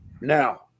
Now